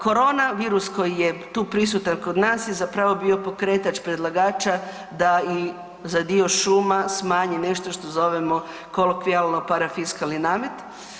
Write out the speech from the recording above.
Korona virus koji je tu prisutan kod nas i zapravo bio pokretač predlagača da i za dio šuma smanji nešto što zovemo kolokvijalno parafiskalni namet.